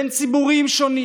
בין ציבורים שונים.